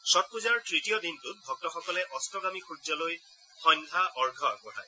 ষট্ পুজাৰ তৃতীয় দিনটোত ভক্তসকলে অট্টগামী সুৰ্যলৈ সন্ধ্যা অৰ্ঘ্য আগবঢ়ায়